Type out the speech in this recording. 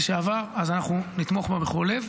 אנחנו נתמוך בה בכל לב.